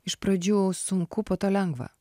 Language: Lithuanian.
iš pradžių sunku po to lengva